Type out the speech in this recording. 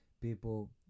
people